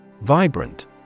Vibrant